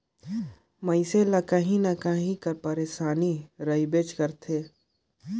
मइनसे ल काहीं न काहीं कर पइरसानी रहबेच करथे